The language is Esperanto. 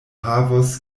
havos